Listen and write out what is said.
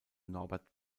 norbert